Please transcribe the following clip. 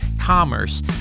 commerce